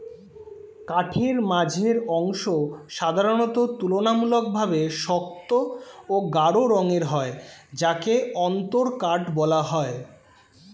কাঠের মাঝের অংশ সাধারণত তুলনামূলকভাবে শক্ত ও গাঢ় রঙের হয় যাকে অন্তরকাঠ বলা হয়